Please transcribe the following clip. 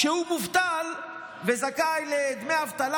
כשהוא מובטל וזכאי לדמי אבטלה,